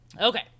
okay